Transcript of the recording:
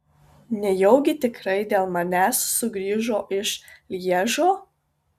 nejaugi tikrai dėl manęs sugrįžo iš lježo